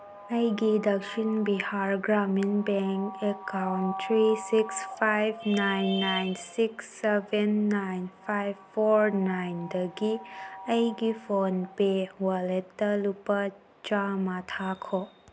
ꯑꯩꯒꯤ Dakshin Bihar Gramin Bank account three six five nine nine six seven nine five four ꯅꯥꯏꯟꯗꯒꯤ ꯑꯩꯒꯤ ꯐꯣꯟꯄꯦ ꯋꯥꯂꯦꯠꯇ ꯂꯨꯄꯥ ꯆꯥꯃ ꯊꯥꯈꯣ